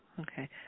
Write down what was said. Okay